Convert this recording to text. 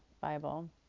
Bible